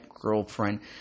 girlfriend